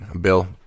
Bill